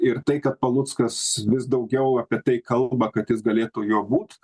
ir tai kad paluckas vis daugiau apie tai kalba kad jis galėtų juo būt